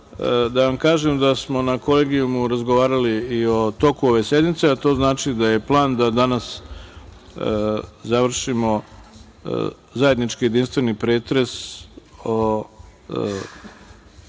da vam kažem da smo na Kolegijumu razgovarali i o toku ove sednice, a to znači da je plan danas završimo zajednički jedinstveni pretres o